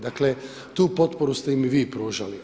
Dakle, tu potporu ste im vi pružali.